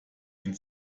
ihn